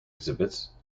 exhibits